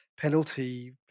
penalty